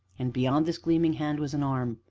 and, beyond this gleaming hand, was an arm,